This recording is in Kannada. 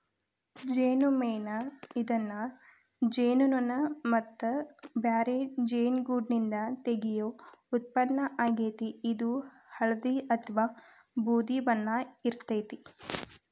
ಜೇನುಮೇಣ ಇದನ್ನ ಜೇನುನೋಣ ಮತ್ತ ಬ್ಯಾರೆ ಜೇನುಗೂಡ್ನಿಂದ ತಗಿಯೋ ಉತ್ಪನ್ನ ಆಗೇತಿ, ಇದು ಹಳ್ದಿ ಅತ್ವಾ ಬೂದಿ ಬಣ್ಣ ಇರ್ತೇತಿ